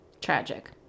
Tragic